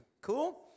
Cool